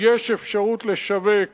יש אפשרות לשווק